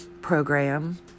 program